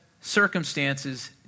circumstances